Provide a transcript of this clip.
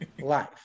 life